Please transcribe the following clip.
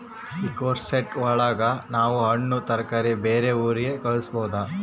export ಒಳಗ ನಾವ್ ಹಣ್ಣು ತರಕಾರಿ ಬೇರೆ ಊರಿಗೆ ಕಳಸ್ಬೋದು